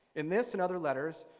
in this another letters,